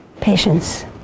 patience